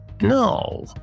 No